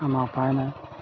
আমাৰ উপায় নাই